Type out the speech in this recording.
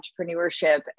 entrepreneurship